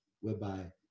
whereby